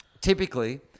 Typically